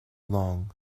long